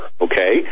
Okay